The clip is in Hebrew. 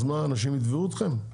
אז מה, אנשים יתבעו אתכם?